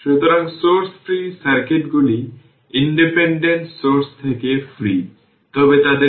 সুতরাং এই দিকটি vv0 e এনার্জিতে নেওয়া হয় tτ রেশিওটি y এক্সিস এ নেওয়া হয়